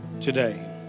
today